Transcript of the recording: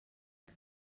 que